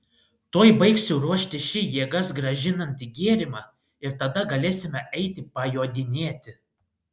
tuoj baigsiu ruošti šį jėgas grąžinantį gėrimą ir tada galėsime eiti pajodinėti